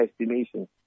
estimation